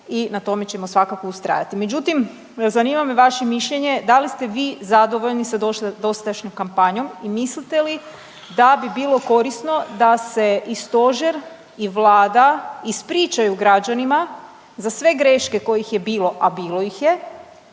i na tome ćemo svakako ustrajati. Međutim, zanima me vaše mišljenje, da li ste vi zadovoljni sa dosadašnjom kampanjom i mislite li da bi bilo korisno da se i stožer i Vlada ispričaju građanima za sve greške kojih je bilo, a bilo ih je